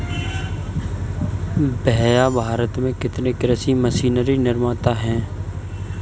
भैया भारत में कितने कृषि मशीनरी निर्माता है?